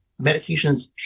Medications